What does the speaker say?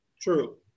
true